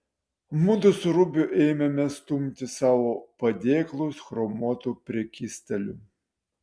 mudu su rubiu ėmėme stumti savo padėklus chromuotu prekystaliu